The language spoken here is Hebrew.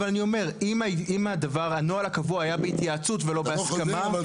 אבל אני אומר אם הדבר הנוהל הקבוע היה בהתייעצות ולא בהסכמה.